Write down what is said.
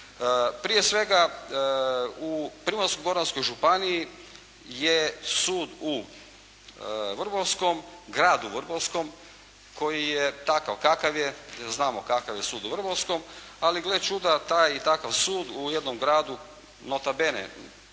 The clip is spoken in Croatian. Prije svega u Primorsko-Goranskoj županiji je sud u Vrbovskom, gradu Vrbovskom koji je takav kakav je jer znamo kakav je sud u Vrbovskom, ali gle čuda taj i takav sud u jednom gradu nota bene